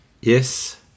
Yes